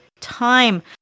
time